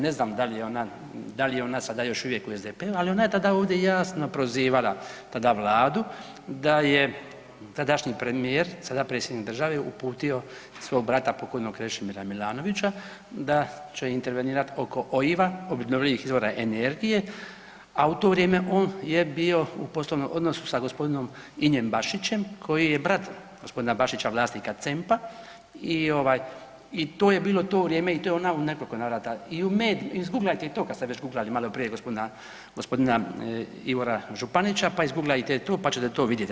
Ne znam da li je ona sada još uvijek u SDP-u, ali ona je tada ovdje jasno prozivala tada Vladu da je tadašnji premijer sada predsjednik države uputio svog brata pokojnog Krešimira Milanovića da će intervenirati oko OIV-a obnovljivih izvora energije, a u to vrijeme on je bio u poslovnom odnosu sa gospodinom Injem Bašićem koji je brat gospodina Bašića vlasnika CEMP-a i to je bilo to vrijeme i to je ona u nekoliko navrata i u medijima, izgooglajte i to kada ste već googlali malo prije gospodina Ivora Županića pa izgooglajte i to pa ćete to vidjeti.